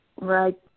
Right